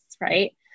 right